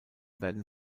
werden